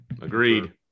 Agreed